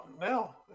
now